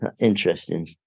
interesting